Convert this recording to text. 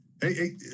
Hey